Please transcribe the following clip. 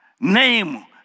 name